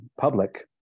public